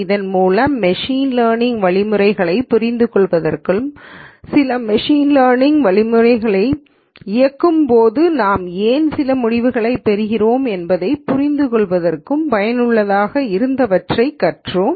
இதன் மூலம் machine learning வழிமுறைகளைப் புரிந்துகொள்வதற்கும் சில மெஷின் லேர்னிங் வழிமுறைகளை இயக்கும் போது நாம் ஏன் சில முடிவுகளைப் பெறுகிறோம் என்பதையும் புரிந்துகொள்வதற்கு பயனுள்ளதாக இருந்தவற்றை கற்றோம்